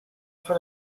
for